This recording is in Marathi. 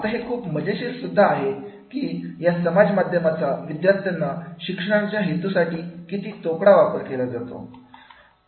आता हे खूप मजेशीर सुद्धा आहे की या समाज माध्यमाचा विद्यार्थ्यांना शिकवण्याच्या हेतूसाठी किती तोकडा वापर केला जात आहे